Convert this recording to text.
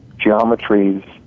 geometries